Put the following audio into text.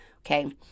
okay